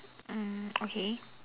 mm okay